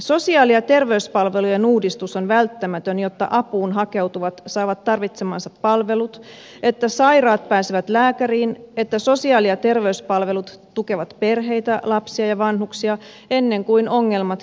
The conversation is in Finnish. sosiaali ja terveyspalvelujen uudistus on välttämätön jotta apuun hakeutuvat saavat tarvitsemansa palvelut että sairaat pääsevät lääkäriin että sosiaali ja terveyspalvelut tukevat perheitä lapsia ja vanhuksia ennen kuin ongelmat kärjistyvät